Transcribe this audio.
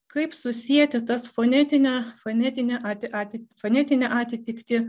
kaip susieti tas fonetinę fonetinę ati fonetinę atitiktį